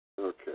Okay